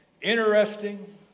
interesting